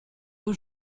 aux